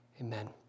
Amen